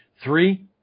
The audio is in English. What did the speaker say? Three